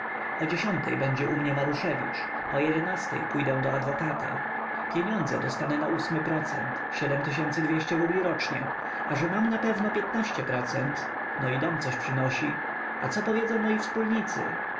o dziesiątej będzie u mnie maruszewicz o jedenastej pojadę do adwokata pieniądze dostanę na ósmy procent rubli rocznie a że mam napewno piętnaście procent no i dom coś przynosi a co powiedzą moi wspólnicy